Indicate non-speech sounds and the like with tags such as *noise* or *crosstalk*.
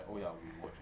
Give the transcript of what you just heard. *breath*